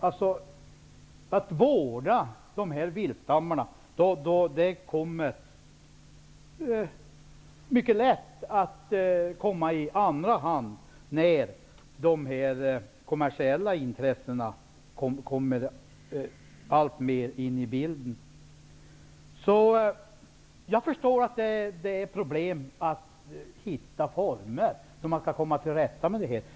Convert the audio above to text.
Intresset att vårda viltstammarna kommer mycket lätt i andra hand, när kommersiella intressen alltmer kommer in i bilden. Jag förstår att det är ett problem att hitta former för hur man skall komma till rätta med det här.